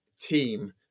team